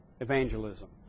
evangelism